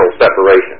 separation